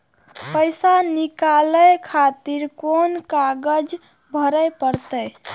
पैसा नीकाले खातिर कोन कागज भरे परतें?